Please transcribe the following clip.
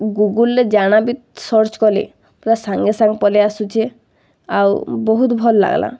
ଗୁଗୁଲ୍ରେ ଜାଣା ବି ସର୍ଚ୍ଚ୍ କଲେ ପୁରା ସାଙ୍ଗେ ସାଙ୍ଗ୍ ପଲେଇ ଆସୁଚେ ଆଉ ବହୁତ୍ ଭଲ୍ ଲାଗ୍ଲା